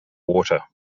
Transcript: water